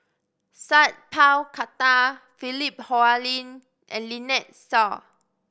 Sat Pal Khattar Philip Hoalim and Lynnette Seah